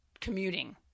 commuting